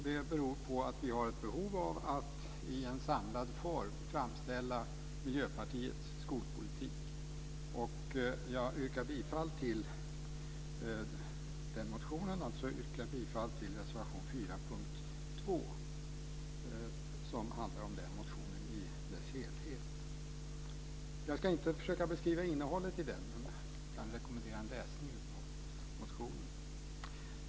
Det beror på att vi har ett behov av att i en samlad form framställa Miljöpartiets skolpolitik. Jag yrkar bifall till den motionen, dvs. till reservation 4 under punkt 2, som handlar om den motionen i dess helhet. Jag ska inte försöka beskriva innehållet i motionen, men jag kan rekommendera en läsning av den.